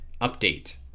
update